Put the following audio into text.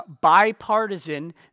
bipartisan